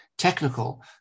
technical